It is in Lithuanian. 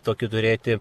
tokį turėti